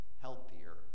healthier